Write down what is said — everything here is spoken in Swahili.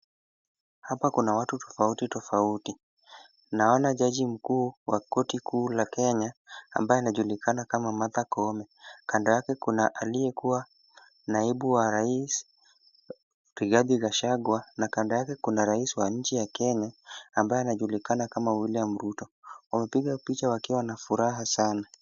Hapa kuna watu tofauti tofauti. Naona jaji mkuu wa korti kuu la Kenya ambaye anajulikana kama Martha Koome. Kando yake kuna aliyekuwa naibu wa rais Rigathi Gachagua na kando yake kuna rais wa nchi Kenya ambaye anajulikana kama William Ruto. Wamepiga picha wakiwa na furaha sana.